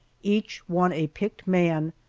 each one a picked man,